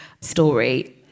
story